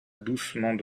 doucement